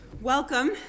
Welcome